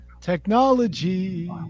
technology